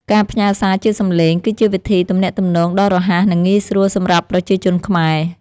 ការផ្ញើសារជាសំឡេង គឺជាវិធីទំនាក់ទំនងដ៏រហ័ស និងងាយស្រួលសម្រាប់ប្រជាជនខ្មែរ។